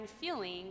feeling